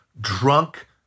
drunk